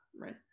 right